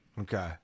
Okay